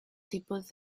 tipos